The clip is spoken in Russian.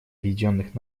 объединенных